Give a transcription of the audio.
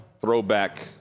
throwback